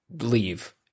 leave